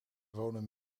wonen